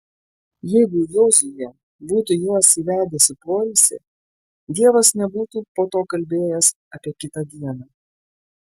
jeigu jozuė būtų juos įvedęs į poilsį dievas nebūtų po to kalbėjęs apie kitą dieną